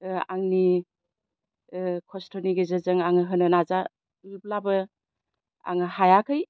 आंनि खस्थ'नि गेजेरजों आङो होनो नाजायोब्लाबो आङो हायाखै